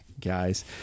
guys